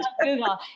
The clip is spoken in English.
Google